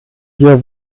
hier